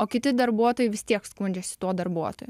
o kiti darbuotojai vis tiek skundžiasi tuo darbuotoju